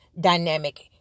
dynamic